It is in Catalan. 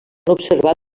observat